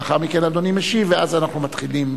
לאחר מכן אדוני משיב, ואז אנחנו מתחילים